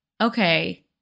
okay